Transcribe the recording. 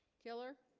killer